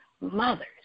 mothers